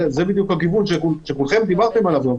וזה בדיוק הכיוון שכולכם דיברתם עליו.